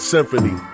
Symphony